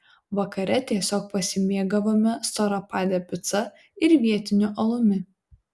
vakare tiesiog pasimėgavome storapade pica ir vietiniu alumi